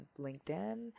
LinkedIn